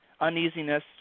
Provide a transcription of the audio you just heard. uneasiness